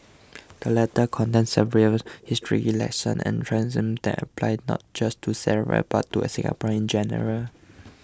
the letter contains several historical lessons and truisms that apply not just to Sara but to a Singaporeans in general